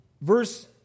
verse